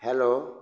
hello